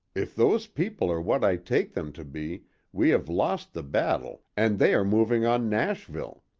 if those people are what i take them to be we have lost the battle and they are moving on nashville!